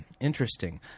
interesting